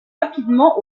rapidement